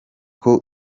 com